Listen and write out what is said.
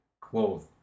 clothes